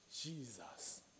Jesus